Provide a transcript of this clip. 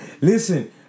Listen